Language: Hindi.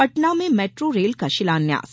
पटना में मैट्रो रेल का शिलान्यास